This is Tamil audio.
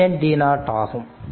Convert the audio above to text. i N t ஆகும்